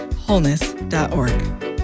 wholeness.org